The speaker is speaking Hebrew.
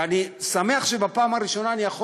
ואני שמח שבפעם הראשונה אני יכול